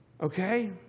Okay